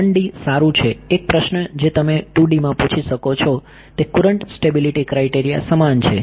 1D સારું છે એક પ્રશ્ન જે તમે 2D માં પૂછી શકો છો તે કુરન્ટ સ્ટેબીલીટી ક્રાઈટેરીયા સમાન છે